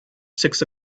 six